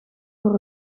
voor